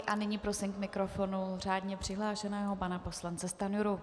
A nyní prosím k mikrofonu řádně přihlášeného pana poslance Stanjuru.